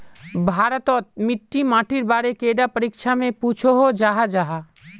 भारत तोत मिट्टी माटिर बारे कैडा परीक्षा में पुछोहो जाहा जाहा?